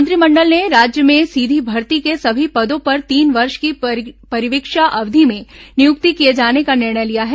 मंत्रिमंडल ने राज्य में सीधी भर्ती के सभी पदों पर तीन वर्ष की परिवीक्षा अवधि में नियुक्त किए जाने का निर्णय लिया है